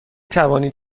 توانید